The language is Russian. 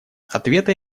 ответа